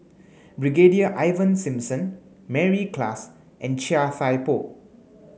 Brigadier Ivan Simson Mary Klass and Chia Thye Poh